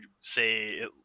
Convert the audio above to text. say